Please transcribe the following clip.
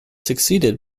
succeeded